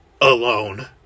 alone